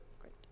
Great